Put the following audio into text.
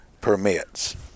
permits